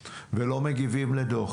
ומדברים.